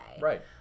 Right